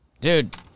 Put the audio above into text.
Dude